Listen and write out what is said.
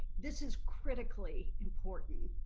this is critically important.